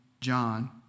John